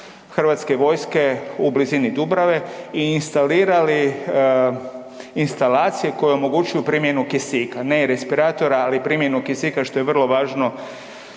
kamp HV-a u blizini Dubrave i instalirali instalacije koje omogućuju primjenu kisika, ne respiratora, ali primjenu kisika što je vrlo važno